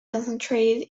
concentrated